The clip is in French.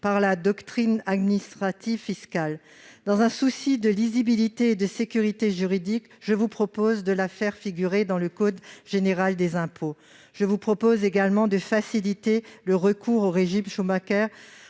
par la doctrine administrative fiscale. Dans un souci de lisibilité et de sécurité juridique, je vous propose de la faire figurer dans le code général des impôts. Je vous propose également de faciliter le recours au régime Schumacker,